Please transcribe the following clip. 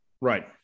Right